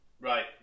Right